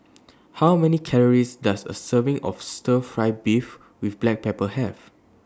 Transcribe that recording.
How Many Calories Does A Serving of Stir Fry Beef with Black Pepper Have